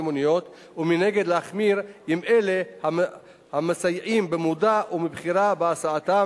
המוניות ומנגד להחמיר עם אלה המסייעים במודע או מבחירה בהסעתם,